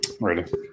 Ready